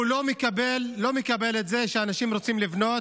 הוא לא מקבל את זה שאנשים רוצים לבנות